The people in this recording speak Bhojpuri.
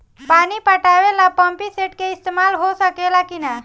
पानी पटावे ल पामपी सेट के ईसतमाल हो सकेला कि ना?